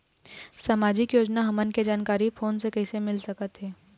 सामाजिक योजना हमन के जानकारी फोन से कइसे मिल सकत हे?